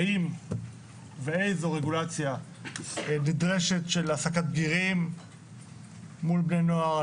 האם ואיזו רגולציה נדרשת להעסקת בגירים מול בני נוער,